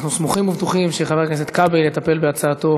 אנחנו סמוכים ובטוחים שחבר הכנסת כבל יטפל בהצעתו